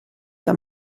que